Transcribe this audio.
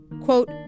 Quote